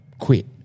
quit